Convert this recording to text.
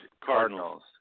Cardinals